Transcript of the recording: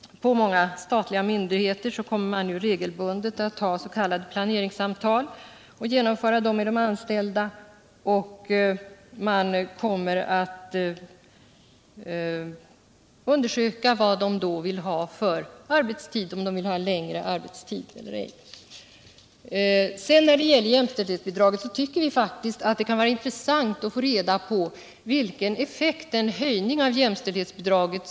På många statliga myndigheter kommer man regelbundet att ha s.k. planeringssamtal med de anställda, och man kommer att undersöka om dessa vill ha längre arbetstid eller ej. När det sedan gäller jämställdhetsbidraget kunde det vara intressant att få reda på vilken effekt den höjning till 14 kr.